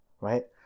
right